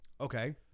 Okay